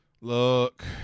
Look